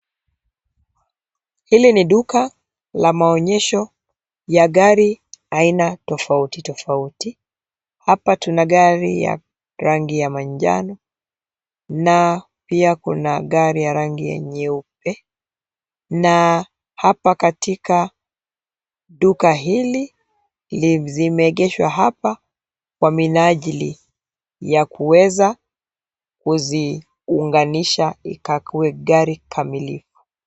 Hili ni duka la maonyesho ya gari aina tofautitofauti. Hapa tuna gari ya rangi ya manjano na pia kuna gari ya rangi nyeupe, na hapa katika duka hili zimeegeshwa hapa kwa minajili ya kuweza kuziunganisha ikakuwe gari kamilifu.